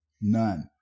None